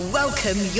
welcome